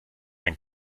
ein